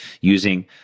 using